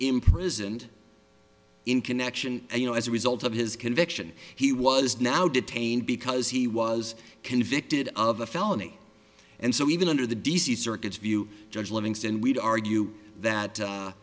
imprisoned in connection you know as a result of his conviction he was now detained because he was convicted of a felony and so even under the d c circuit view judge livingston we'd argue that